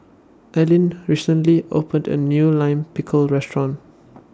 Aline recently opened A New Lime Pickle Restaurant